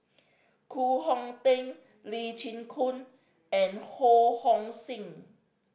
Koh Hong Teng Lee Chin Koon and Ho Hong Sing